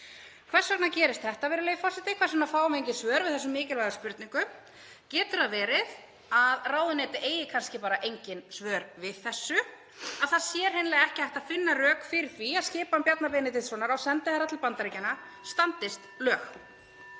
Hvers vegna gerist þetta, virðulegi forseti? Hvers vegna fáum við engin svör við þessum mikilvægu spurningum? Getur verið að ráðuneytið eigi kannski bara engin svör við þessu, að það sé hreinlega ekki hægt að finna rök fyrir því að skipan Bjarna Benediktssonar á sendiherra Íslands í Bandaríkjunum standist lög?